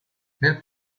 nel